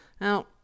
Now